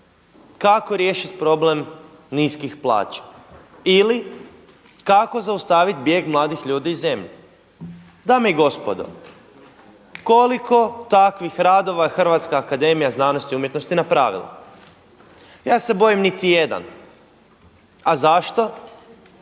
kako riješiti problem niskih plaća ili kako zaustaviti bijeg mladih ljudi iz zemlje. Dame i gospodo koliko takvih radova je HAZU napravila? Ja se bojim niti jedan. A zašto?